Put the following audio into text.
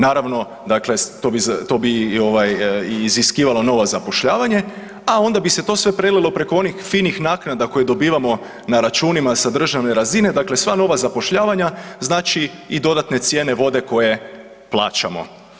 Naravno dakle to bi, to bi ovaj iziskivalo novo zapošljavanje, a onda bi se to sve prelilo preko onih finih naknada koje dobivamo na računima sa državne razine, dakle sva nova zapošljavanja znači i dodatne cijene vode koje plaćamo.